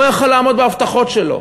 לא יכול היה לעמוד בהבטחות שלו,